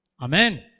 Amen